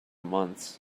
months